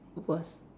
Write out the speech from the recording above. worse